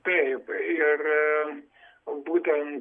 taip ir būtent